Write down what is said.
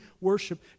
worship